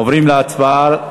עוברים להצבעה על